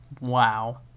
wow